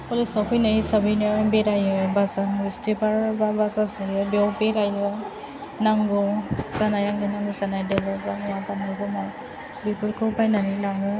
कलेजाव फैनाय हिसाबैनो बेरायो बा जों बिसथिबार बा बाजार जायो बेयाव बेरायो नांगौ जानाय आंनो नांगौ जानाय देलाइग्रा मुवा गाननाय जोमनाय बेफोरखौ बायनानै लाङो